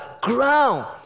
ground